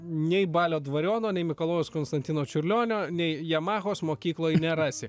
nei balio dvariono nei mikalojaus konstantino čiurlionio nei yamahos mokykloj nerasi